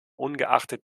ungeachtet